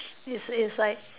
it's it's like